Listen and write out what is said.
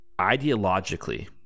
ideologically